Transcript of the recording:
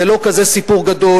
זה לא כזה סיפור גדול,